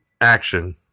Action